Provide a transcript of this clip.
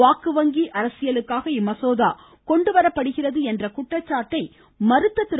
வாக்கு வங்கி அரசியலுக்காக இம்மசோதா கொண்டுவரப்படுகிறது என்ற குற்றச்சாட்டை மறுத்த திரு